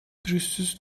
pürüzsüz